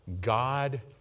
God